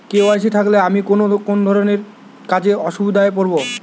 KYC না থাকলে আমি কোন কোন ধরনের কাজে অসুবিধায় পড়ব?